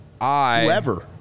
whoever